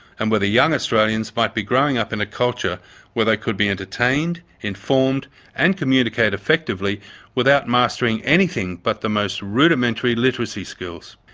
and whether young australians might be growing up in a culture where they could be entertained, informed and communicate effectively without mastering anything but the most rudimentary literacy skills.